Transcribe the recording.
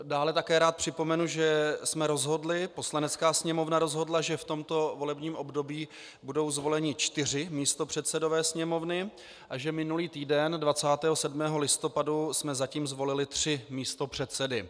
Dále také rád připomenu, že jsme rozhodli, Poslanecká sněmovna rozhodla, že v tomto volebním období budou zvoleni čtyři místopředsedové sněmovny a že minulý týden 27. listopadu jsme zatím zvolili tří místopředsedy.